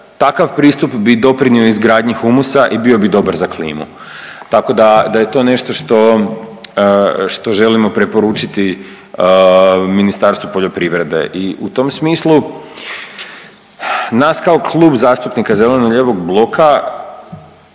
takav pristup bi doprinio izgradnji humusa i bio bi dobar za kliku, tako da je to nešto što želimo preporučiti Ministarstvu poljoprivrede i u tom smislu nas kao Klub zastupnika zeleno-lijevog bloka